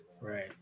Right